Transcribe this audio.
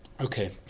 Okay